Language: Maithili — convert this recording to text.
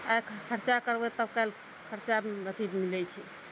आइ खर्चा करबै तब काइल खर्चा अथी मिलै छै